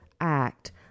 act